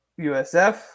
USF